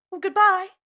Goodbye